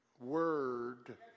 word